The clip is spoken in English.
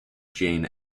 jane